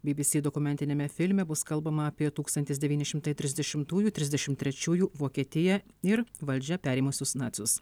by by sy dokumentiniame filme bus kalbama apie tūkstantis devyni šimtai trisdešimtųjų trisdešimt trečiųjų vokietiją ir valdžią perėmusius nacius